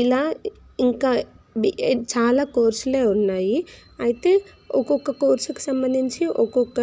ఇలా ఇంకా B A చాలా కోర్సులు ఉన్నాయి అయితే ఒక్కొక్క కోర్సుకు సంబంధించి ఒక్కొక్క